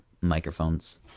microphones